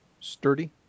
sturdy